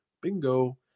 bingo